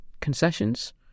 concessions